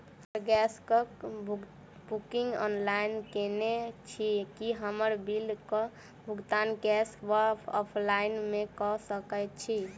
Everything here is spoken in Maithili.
हम गैस कऽ बुकिंग ऑनलाइन केने छी, की हम बिल कऽ भुगतान कैश वा ऑफलाइन मे कऽ सकय छी?